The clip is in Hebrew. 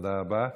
תודה רבה.